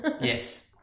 Yes